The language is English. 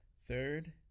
Third